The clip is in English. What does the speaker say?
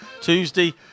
Tuesday